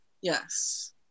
Yes